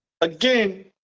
again